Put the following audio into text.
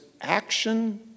action